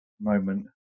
moment